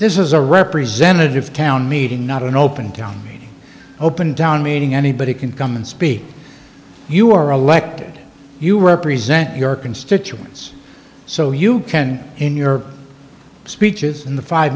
this is a representative town meeting not an open county open down meaning anybody can come and speak you are elected you represent your constituents so you can in your speeches in the five